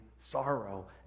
sorrow